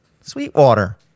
Sweetwater